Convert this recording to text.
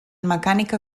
mecànica